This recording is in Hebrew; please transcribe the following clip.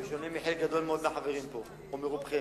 גם בשונה מחלק גדול מאוד מהחברים פה או מרובכם.